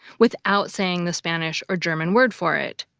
without saying the spanish or german word for it.